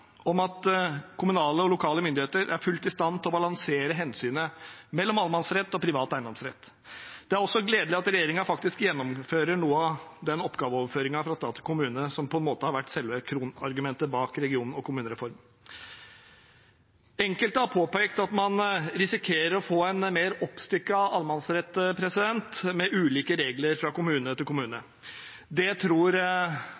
om at kommunale og lokale myndigheter er fullt ut i stand til å balansere hensynet mellom allemannsrett og privat eiendomsrett. Det er også gledelig at regjeringen faktisk gjennomfører noe av den oppgaveoverføringen fra stat til kommune som på en måte har vært selve kronargumentet bak region- og kommunereformen. Enkelte har påpekt at man risikerer å få en mer oppstykket allemannsrett med ulike regler fra kommune til